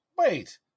Wait